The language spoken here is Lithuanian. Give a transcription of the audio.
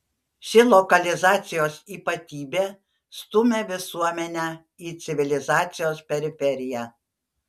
ši lokalizacijos ypatybė stumia visuomenę į civilizacijos periferiją